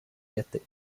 květy